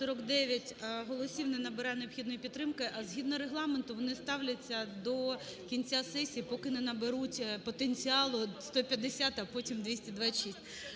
За-49 Не набирає необхідної підтримки. Згідно Регламенту, вони ставляться до кінця сесії, поки не наберуть потенціалу – 150, а потім – 226.